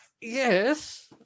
Yes